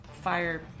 fire